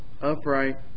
upright